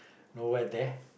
nowhere there